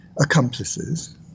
accomplices